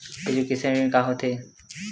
Education ऋण का होथे?